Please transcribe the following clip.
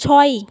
ছয়